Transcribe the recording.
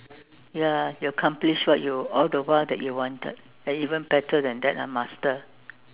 ya you accomplished what you all the while that you wanted and even better than that ah master